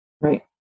Right